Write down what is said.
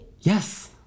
Yes